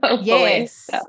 Yes